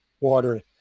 water